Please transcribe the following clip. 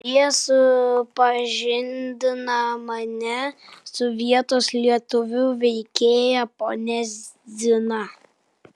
marija supažindina mane su vietos lietuvių veikėja ponia zina